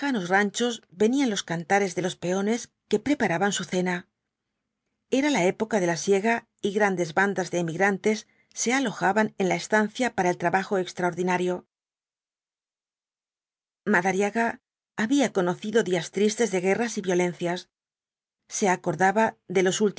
ranchos venían los cantares de los peones que preparaban su cena era la época de la siega y grandes bandas de emigrantes se alojaban en la estancia para el trabajo extraordinario madariaga había conocido días tristes de guerras y violencias se acordaba de los